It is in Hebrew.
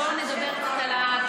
בואו נדבר קצת על,